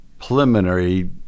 preliminary